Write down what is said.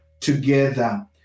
together